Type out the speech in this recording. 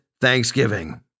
thanksgiving